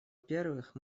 первых